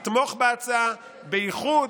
ממשלה תוכל, וזה נכון.